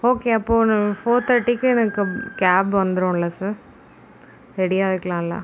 okay அப்போ four தேர்ட்டிக்கு எனக்கு கேப் வந்துரும்ல சார் ரெடியாயிக்கலாம்ல